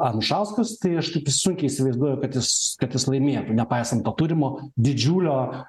anušauskas tai aš taip sunkiai įsivaizduoju kad jis kad jis laimėtų nepaisant to turimo didžiulio